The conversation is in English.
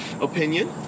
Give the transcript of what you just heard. opinion